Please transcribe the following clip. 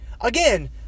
Again